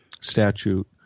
statute